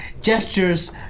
gestures